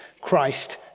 Christ